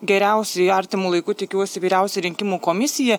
geriausiai artimu laiku tikiuosi vyriausioji rinkimų komisija